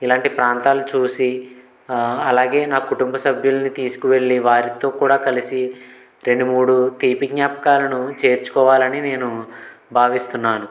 ఇలాంటి ప్రాంతాలు చూసి అలాగే నా కుటుంబ సభ్యుల్ని తీసుకువెళ్ళి వారితో కూడా కలిసి రెండు మూడు తీపి జ్ఞాపకాలను చేర్చుకోవాలని నేను భావిస్తున్నాను